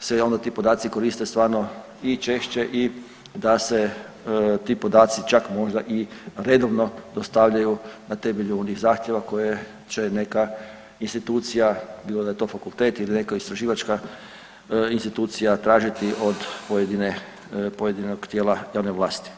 se onda ti podaci koriste stvarno i češće i da se ti podaci čak možda i redovno dostavljaju na temelju onih zahtjeva koje će neka institucija bilo da je to fakultet ili neka istraživačka institucija tražiti od pojedine, pojedinog tijela javne vlasti.